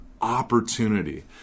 opportunity